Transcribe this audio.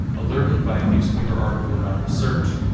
alerted by a newspaper article about the search,